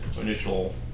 initial